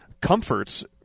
comforts